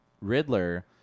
Riddler